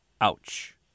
ouch